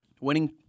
Winning